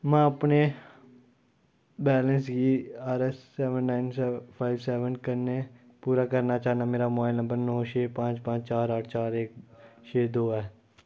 में अपने बैलेंस गी R S seven nine five seven कन्नै पूरा करना चाह्न्नां मेरा मोबाइल नंबर नौ छे पांच पांच चार आठ चार एक छे दो ऐ